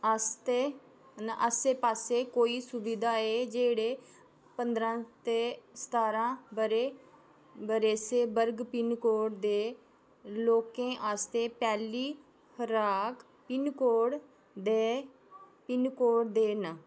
आस्तै न आस्सै पास्सै कोई सुबिधा ऐ जेह्ड़े पंदरां ते सतारां ब'रे बरेसे वर्ग पिनकोड दे लोकें आस्तै पैह्ली खराक पिनकोड दे पिनकोड देन